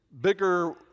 bigger